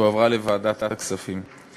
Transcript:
והועברה לוועדת הכספים.